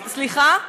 סליחה?